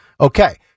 Okay